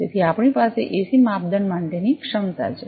તેથી આપણી પાસે એસી માપદંડ માટેની ક્ષમતા છે